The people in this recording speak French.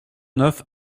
neuf